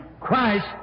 Christ